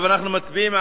בעד, 11,